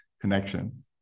connection